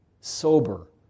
sober